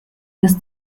bis